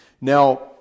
Now